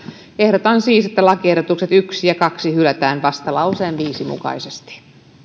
ehdotan siis että lakiehdotukset yksi ja kahteen hylätään vastalauseen viisi mukaisesti